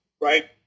right